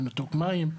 על ניתוק מים,